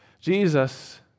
Jesus